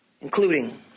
including